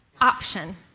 option